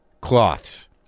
cloths